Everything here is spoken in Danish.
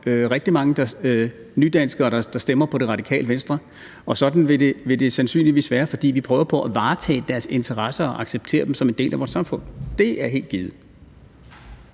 rigtig mange nydanskere, der stemmer på Det Radikale Venstre, og sådan vil det sandsynligvis være, fordi vi prøver på at varetage deres interesser og acceptere dem som en del af vores samfund. Det er helt givet.